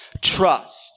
trust